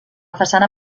façana